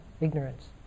ignorance